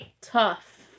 Tough